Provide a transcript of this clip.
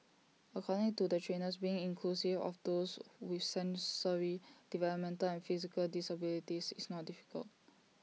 according to the trainers being inclusive of those with sensory developmental and physical disabilities is not difficult